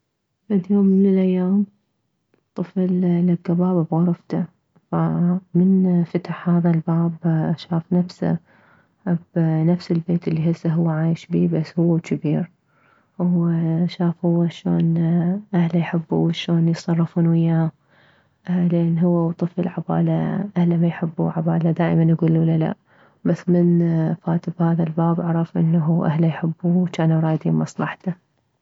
فد يوم من الايام طفل لكه باب بغرفته فمن فتح هذا الباب شاف نفسه ابنفس البيت الي هو هسه عايش بيه بس هو وجبير وشاف هو شلون اهله يحبوه وشلون يتصرفون وياه لان هو وطفل عباله اهله ميحبوه عباله دائما يكلوله لا بس من فات بهذا الباب عرف انه اهله يحبوه جانو رايدين مصلحته